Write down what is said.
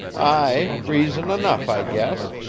ay, reason enough, i guess.